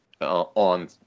on